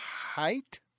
Height